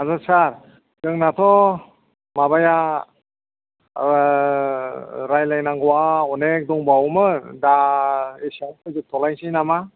आमफ्राय सार जोंनाथ' माबाया रायलायनांगौया अनेक दंबावोमोन दा एसेयाव फोजोबथ'लायसै नामा